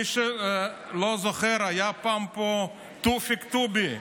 למי שלא זוכר, פעם היה פה תאופיק טובי,